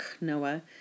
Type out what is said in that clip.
Noah